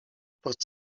port